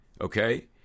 okay